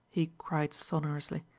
he cried sonorously.